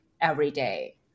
everyday